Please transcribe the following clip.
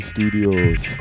Studios